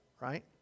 right